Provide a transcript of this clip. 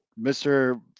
Mr